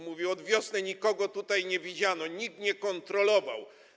Mówi: od wiosny nikogo tutaj nie widziano, nikt nie kontrolował.